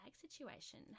situation